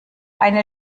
eine